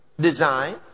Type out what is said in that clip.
design